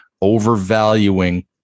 overvaluing